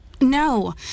no